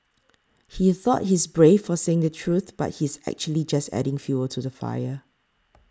he thought he's brave for saying the truth but he's actually just adding fuel to the fire